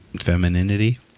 Femininity